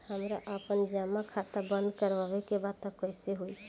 हमरा आपन जमा खाता बंद करवावे के बा त कैसे होई?